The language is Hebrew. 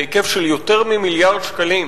בהיקף של יותר ממיליארד שקלים,